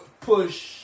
push